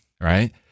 right